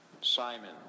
Simon